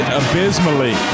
abysmally